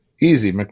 Easy